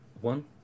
one